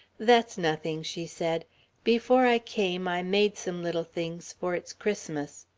that's nothing, she said before i came i made some little things for its christmas.